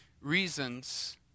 reasons